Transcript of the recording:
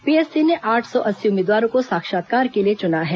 PSC ने आठ सौ अस्सी उम्मीदवारों को साक्षात्कार के लिए चुना है